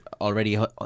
already